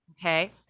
Okay